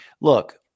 look